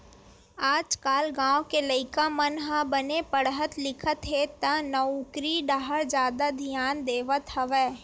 आजकाल गाँव के लइका मन ह बने पड़हत लिखत हे त नउकरी डाहर जादा धियान देवत हवय